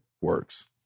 works